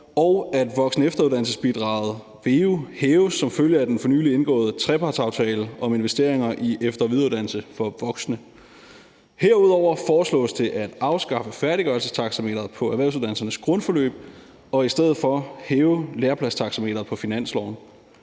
og at voksen- og efteruddannelsesbidraget, veu, hæves som følge af den for nylig indgåede trepartsaftale om investeringer i efter- og videreuddannelse for voksne. Herudover foreslås det at afskaffe færdiggørelsestaxameteret på erhvervsuddannelsernes grundforløb og i stedet for hæve lærepladstaxameteret på finansloven.